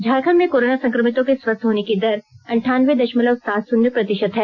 झारखंड में कोरोना संकमितों स्वस्थ होने की दर अंठावनें दशमलव सात शून्य प्रतिशत है